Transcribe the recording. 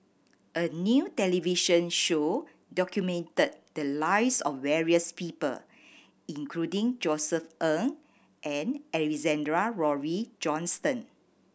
a new television show documented the lives of various people including Josef Ng and Alexander Laurie Johnston